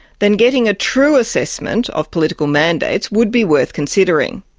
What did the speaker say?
then getting a true assessment of political mandates would be worth considering.